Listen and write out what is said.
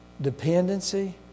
dependency